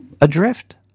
Adrift